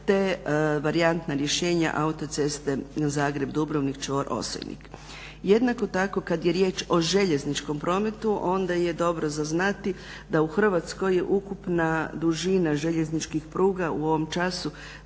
te varijantna rješenja autoceste Zagreb-Dubrovnik čvor Osojnik. Jednako tako kada je riječ o željezničkom prometu onda je dobro za znati da u Hrvatskoj je ukupna dužina željezničkih pruga u ovom času